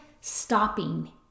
stopping